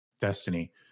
Destiny